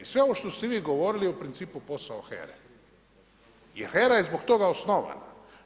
I sve ovo što ste vi govorili u principu je posao HERA-e jer HERA je zbog toga osnovana.